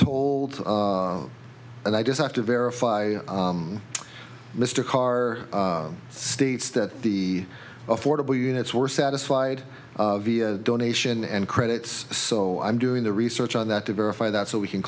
told and i just have to verify mr carr states that the affordable units were satisfied donation and credits so i'm doing the research on that to verify that so we can